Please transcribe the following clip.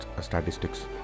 statistics